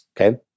Okay